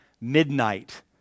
midnight